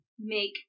Make